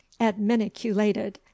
adminiculated